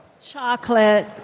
Chocolate